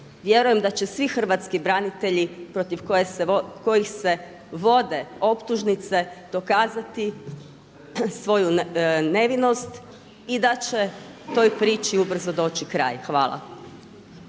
Vjerujem da će svi hrvatski branitelji protiv kojih se vode optužnice dokazati svoju nevinost i da će toj priči ubrzo doći kraj. Hvala.